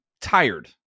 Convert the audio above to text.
tired